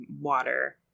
water